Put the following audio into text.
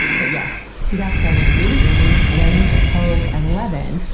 but yes, he got started really early, learning to code at eleven,